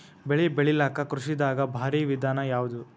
ಬೆಳೆ ಬೆಳಿಲಾಕ ಕೃಷಿ ದಾಗ ಭಾರಿ ವಿಧಾನ ಯಾವುದು?